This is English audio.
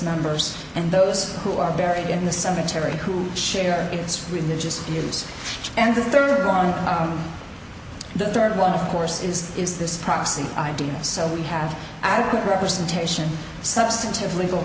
members and those who are buried in the cemetery who share its religious views and the third are on the third one of course is is this proxy idea so we have adequate representation substantive legal